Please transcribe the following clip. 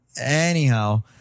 Anyhow